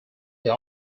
they